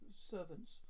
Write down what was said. servants